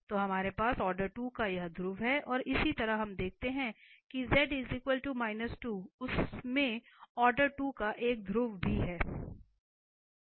तो हमारे पास ऑर्डर 2 का यह ध्रुव है और इसी तरह हम देख सकते हैं कि z 2 i उसमें ऑर्डर 2 का एक ध्रुव भी है